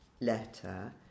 Letter